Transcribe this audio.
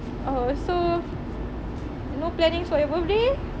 oh so no plannings for your birthday